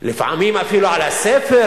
לפעמים אפילו על הספר,